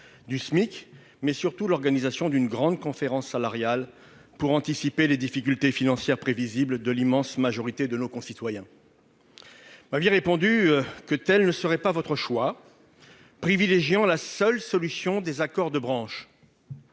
du Smic ainsi que l'organisation d'une grande conférence salariale, afin d'anticiper les difficultés financières prévisibles pour l'immense majorité de nos concitoyens. Vous m'aviez répondu que tel ne serait pas votre choix et que vous privilégieriez la solution des accords de branche.